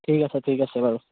ঠিক আছে ঠিক আছে বাৰু